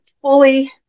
fully